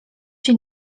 się